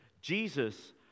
Jesus